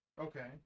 Okay